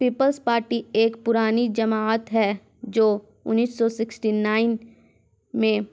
peoples Party ایک پرانی جماعت ہے جو انیس سو سکسٹی نائن میں